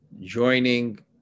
joining